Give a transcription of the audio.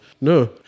No